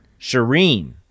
Shireen